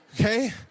Okay